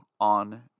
on